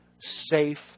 safe